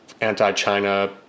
anti-China